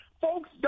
Folks